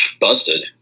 Busted